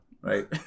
right